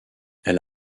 elle